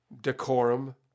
decorum